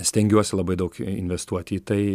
stengiuosi labai daug investuoti į tai